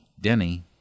Denny